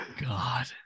God